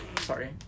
Sorry